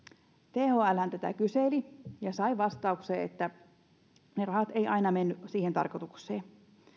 thlhän tätä kyseli ja sai vastauksen että ne rahat eivät aina menneet siihen tarkoitukseen